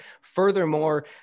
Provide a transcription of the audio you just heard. furthermore